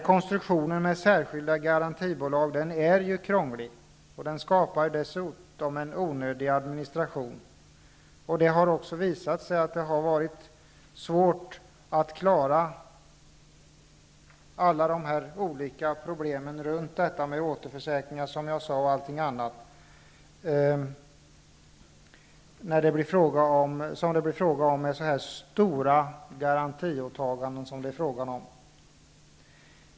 Konstruktionen med särskilda garantibolag är krånglig. Den skapar dessutom en onödig administration. Det har också visat sig att det har varit svårt att klara alla de olika problemen med återförsäkringar vid dessa stora garantiåtaganden.